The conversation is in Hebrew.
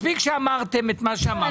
מספיק שאמרתם את מה שאמרתם.